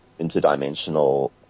interdimensional